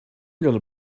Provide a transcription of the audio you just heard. gonna